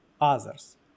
others